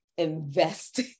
invest